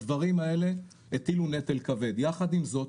הדברים האלה הטילו נטל כבד, יחד עם זאת,